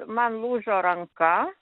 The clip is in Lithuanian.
man lūžo ranka